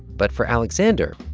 but for alexander,